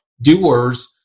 doers